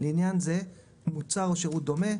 לעניין זה, "מוצר או שירות דומה",